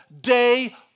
day